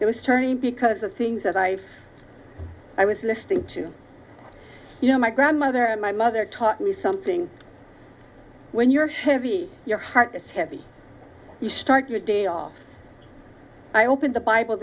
it was turning because of things that i i was listing to you know my grandmother and my mother taught me something when you're heavy your heart is heavy you start your day off i opened the bible